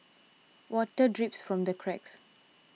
water drips from the cracks